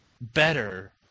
better